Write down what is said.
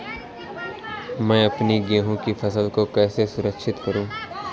मैं अपनी गेहूँ की फसल को कैसे सुरक्षित करूँ?